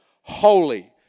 holy